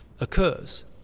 occurs